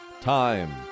time